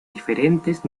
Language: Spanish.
diferentes